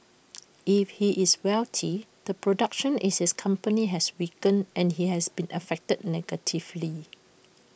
if he is wealthy the production in his company has weakened and he has been affected negatively